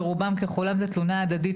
שמדובר בתלונה הדדית.